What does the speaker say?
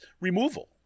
removal